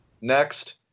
Next